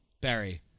Barry